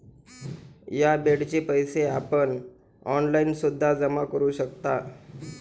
या बेडचे पैसे आपण ऑनलाईन सुद्धा जमा करू शकता